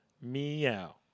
Meow